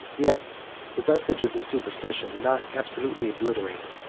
yet the vestiges of superstition were not absolutely obliterated,